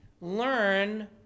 learn